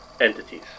entities